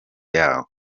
yawo